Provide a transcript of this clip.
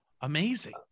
amazing